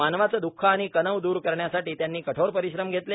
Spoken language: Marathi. मानवाचे द्ःख आणि कणव द्र करण्यासाठी त्यांनी कठोर परिश्रम घेतले